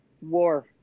War